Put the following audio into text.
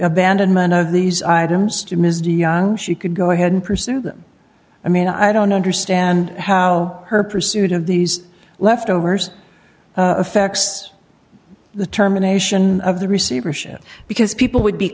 abandonment of these items to ms do young she could go ahead and pursue them i mean i don't understand how her pursued of these left overs affects the terminations of the receivership because people would be